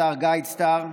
אתר גיידסטאר,